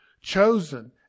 chosen